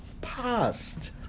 past